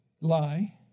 lie